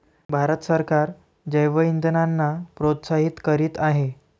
भारत सरकार जैवइंधनांना प्रोत्साहित करीत आहे